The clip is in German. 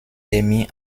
emmy